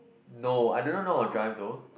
no I do not know how to drive though